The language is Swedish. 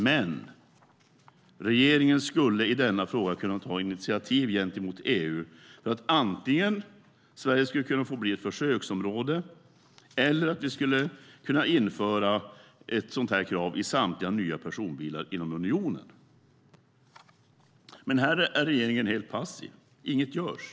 Men regeringen skulle i denna fråga kunna ta initiativ gentemot EU antingen för att Sverige skulle få bli ett försöksområde eller för att ett sådant här krav skulle införas för samtliga nya personbilar inom unionen. Regeringen är dock helt passiv. Inget görs.